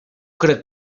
crec